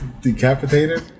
Decapitated